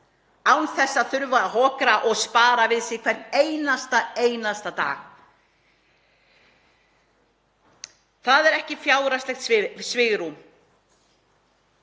án þess að þurfa að hokra og spara við sig hvern einasta dag. Það er ekkert fjárhagslegt svigrúm